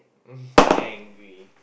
angry